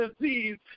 disease